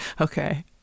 Okay